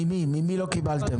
ממי לא קיבלתם?